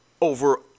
over